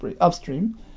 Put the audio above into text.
upstream